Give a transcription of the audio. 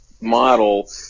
model